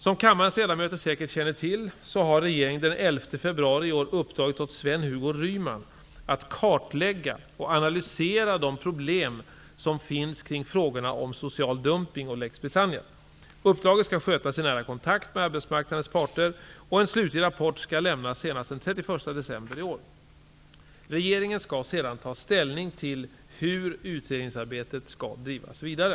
Som kammarens ledamöter säkert känner till så har regeringen den 11 februari i år uppdragit åt Sven Hugo Ryman att kartlägga och analysera de problem som finns kring frågorna om social dumpning och Lex Britannia. Uppdraget skall skötas i nära kontakt med arbetsmarknadens parter, och en slutlig rapport skall lämnas senast den 31 december i år. Regeringen skall sedan ta ställning till hur utredningsarbetet skall drivas vidare.